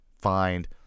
find